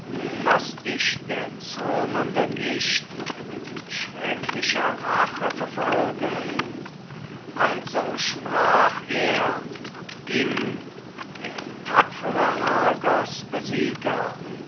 daß dich der zürnende nicht mit schrecklicher rache verfolge also sprach er und ging der tapfere argosbesieger